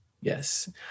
yes